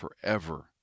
forever